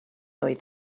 oedd